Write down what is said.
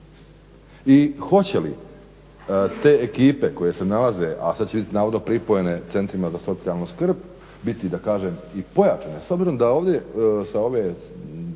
I hoće li te ekipe koje se nalaze, a sad će bit navodno pripojene Centrima za socijalnu skrb biti da kažem i pojačane. S obzirom ovdje sa ove